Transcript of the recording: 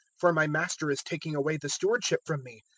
for my master is taking away the stewardship from me.